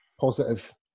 positive